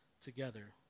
together